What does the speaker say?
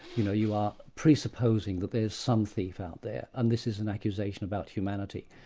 you know, you are presupposing that there is some thief out there, and this is an accusation about humanity.